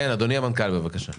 אדוני המנכ"ל, בבקשה.